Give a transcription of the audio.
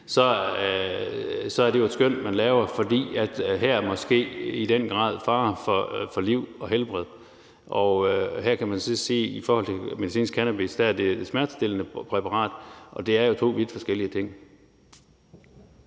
så er det jo et skøn, man laver, fordi liv og helbred her måske i den grad er i fare. Man kan så i forhold til medicinsk cannabis sige, at det er et smertestillende præparat, og det er jo to vidt forskellige ting.